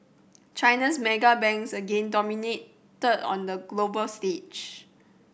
China's mega banks again dominated on the global stage